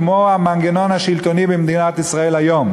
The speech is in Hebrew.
כמו המנגנון השלטוני במדינת ישראל היום.